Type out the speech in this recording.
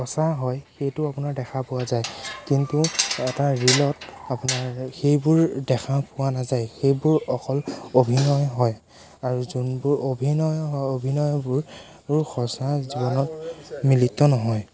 সঁচা হয় সেইটো আপোনাৰ দেখা পোৱা যায় কিন্তু এটা ৰীলত আপোনাৰ সেইবোৰ দেখা পোৱা নাযায় সেইবোৰ অকল অভিনয় হয় আৰু যোনবোৰ অভিনয় হয় অভিনয়বোৰ সঁচা জীৱনত মিলিত নহয়